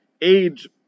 age